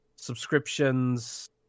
subscriptions